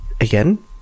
again